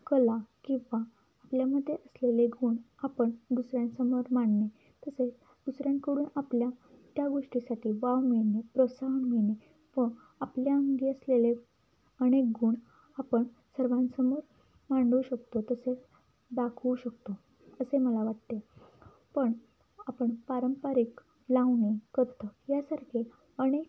कला किंवा आपल्यामध्ये असलेले गुण आपण दुसऱ्यांसमोर मांडणे तसेच दुसऱ्यांकडून आपल्या त्या गोष्टीसाठी वाव मिळणे प्रोत्साहन मिळणे व आपल्या अंगी असलेले अनेक गुण आपण सर्वांसमोर मांडू शकतो तसेच दाखवू शकतो असे मला वाटते पण आपण पारंपारिक लावणी कथ्थक यासारखे अनेक